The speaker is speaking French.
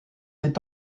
est